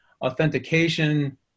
Authentication